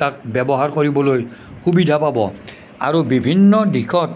তাক ব্যৱহাৰ কৰিবলৈ সুবিধা পাব আৰু বিভিন্ন দিশত